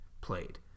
played